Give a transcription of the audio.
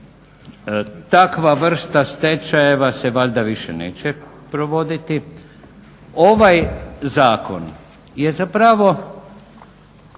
Takva vrsta stečajeva se valjda više neće provoditi. Ovaj zakon je zapravo